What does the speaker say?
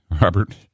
Robert